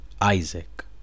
Isaac